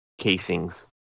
casings